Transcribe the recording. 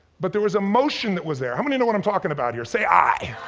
but there was emotion that was there. how many know what i'm talkin' about here, say aye.